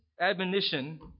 admonition